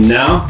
now